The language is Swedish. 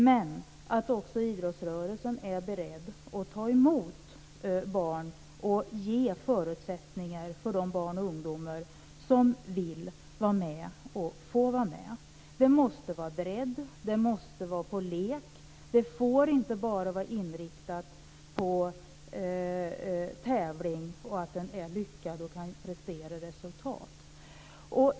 Men idrottsrörelsen måste också vara beredd att ta emot barn och ge förutsättningar för de barn och ungdomar som vill vara med. Det måste finnas en bredd. Idrotten måste vara på lek. Den får inte bara vara inriktad på tävling och prestation av resultat.